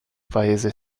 paese